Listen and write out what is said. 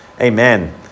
Amen